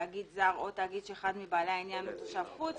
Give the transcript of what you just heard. תאגיד זר או תאגיד שאחד מבעלי העניין בו הוא תושב חוץ,